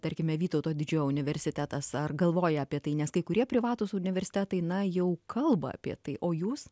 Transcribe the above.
tarkime vytauto didžiojo universitetas ar galvoja apie tai nes kai kurie privatūs universitetai na jau kalba apie tai o jūs